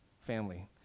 family